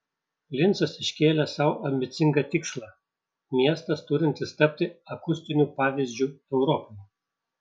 lincas iškėlė sau ambicingą tikslą miestas turintis tapti akustiniu pavyzdžiu europai